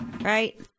Right